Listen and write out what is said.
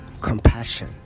compassion